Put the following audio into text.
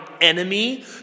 enemy